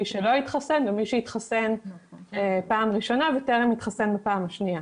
מי שלא התחסן ומי שהתחסן בפעם הראשונה וטרם התחסן בפעם השנייה.